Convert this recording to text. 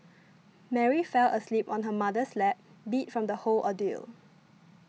Mary fell asleep on her mother's lap beat from the whole ordeal